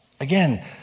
Again